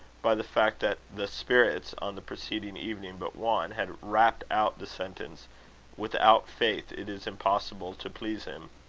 by the fact that the spirits, on the preceding evening but one, had rapped out the sentence without faith it is impossible to please him.